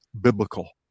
biblical